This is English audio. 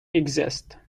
exist